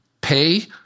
pay